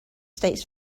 states